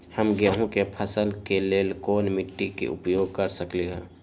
हम गेंहू के फसल के लेल कोन मिट्टी के उपयोग कर सकली ह?